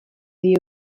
dio